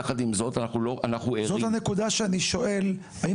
יחד עם זאת אנחנו ערים- -- זאת הנקודה שאני שואל האם